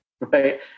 right